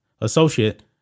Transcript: associate